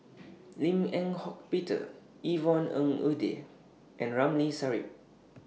Lim Eng Hock Peter Yvonne Ng Uhde and Ramli Sarip